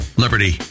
liberty